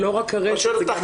לא רק הרשת.